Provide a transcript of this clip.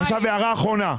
הערה אחרונה.